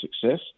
success